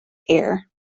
air